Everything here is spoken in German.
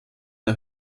der